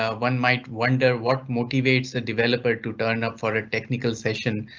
ah one might wonder what motivates the developer to turn up for a technical session.